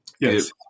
Yes